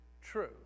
true